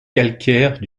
calcaires